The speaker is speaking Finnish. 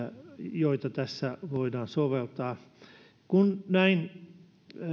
joita tässä voidaan soveltaa kun näin